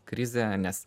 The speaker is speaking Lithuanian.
krizė nes